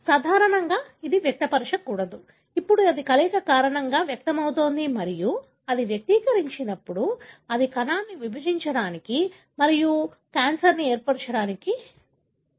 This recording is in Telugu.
సాధారణంగా అది వ్యక్తపరచకూడదు ఇప్పుడు అది కలయిక కారణంగా వ్యక్తమవుతుంది మరియు అది వ్యక్తీకరించినప్పుడు అది కణాన్ని విభజించడానికి మరియు విభజించడానికి మరియు క్యాన్సర్ని ఏర్పరుస్తుంది సరియైనదా